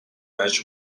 байж